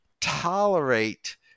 tolerate